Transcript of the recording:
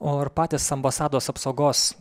o ar patys ambasados apsaugos